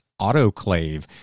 Autoclave